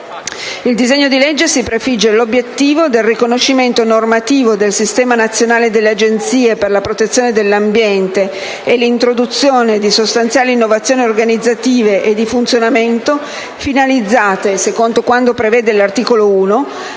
Il disegno di legge si prefigge l'obiettivo del riconoscimento normativo del Sistema nazionale delle Agenzie per la protezione dell'ambiente e l'introduzione di sostanziali innovazioni organizzative e di funzionamento finalizzate - secondo quanto prevede l'articolo 1